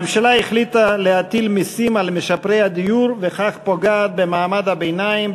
הממשלה החליטה להטיל מסים על משפרי הדיור וכך פוגעת במעמד הביניים,